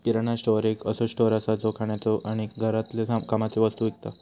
किराणा store एक असो store असा जो खाण्याचे आणि घरातल्या कामाचे वस्तु विकता